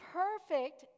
perfect